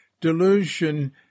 delusion